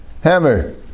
hammer